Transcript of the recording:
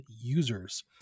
users